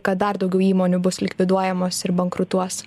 kad dar daugiau įmonių bus likviduojamos ir bankrutuos